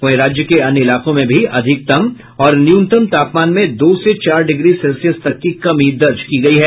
वहीं राज्य के अन्य इलाकों में भी अधिकतम और न्यूनतम तापमान में दो से चार डिग्री सेल्सियस तक की कमी दर्ज की गयी है